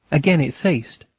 again it ceased.